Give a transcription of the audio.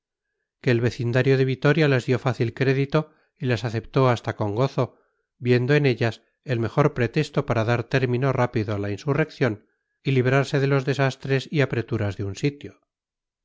que el vecindario de vitoria les dio fácil crédito y las aceptó hasta con gozo viendo en ellas el mejor pretexto para dar término rápido a la insurrección y librarse de los desastres y apreturas de un sitio